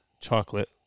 chocolate